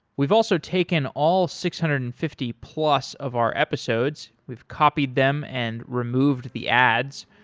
we've also taken all six hundred and fifty plus of our episodes. we've copied them and removed the ads,